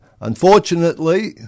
unfortunately